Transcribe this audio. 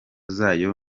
zayo